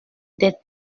des